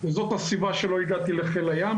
זאת הסיבה שלא הגעתי לחיל הים,